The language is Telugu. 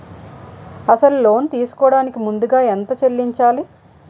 అసలు లోన్ తీసుకోడానికి ముందుగా ఎంత చెల్లించాలి?